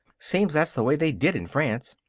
seems that's the way they did in france.